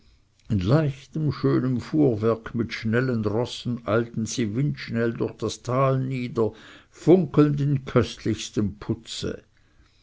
in leichtem schönem fuhrwerk mit schnellem rosse eilten sie windschnell durch das tal nieder funkelnd in köstlichstem putze